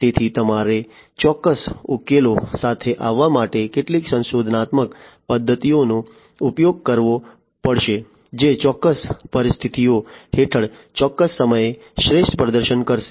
તેથી તમારે ચોક્કસ ઉકેલો સાથે આવવા માટે કેટલીક સંશોધનાત્મક પદ્ધતિઓનો ઉપયોગ કરવો પડશે જે ચોક્કસ પરિસ્થિતિઓ હેઠળ ચોક્કસ સમયે શ્રેષ્ઠ પ્રદર્શન કરશે